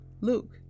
Luke